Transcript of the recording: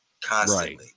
constantly